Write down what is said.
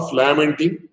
lamenting